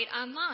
online